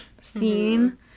scene